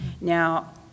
Now